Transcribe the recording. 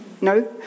No